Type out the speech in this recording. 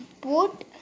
boat